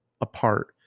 apart